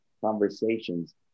conversations